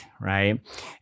right